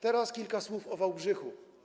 Teraz kilka słów o Wałbrzychu.